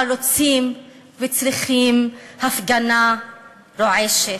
אבל רוצים וצריכים הפגנה רועשת.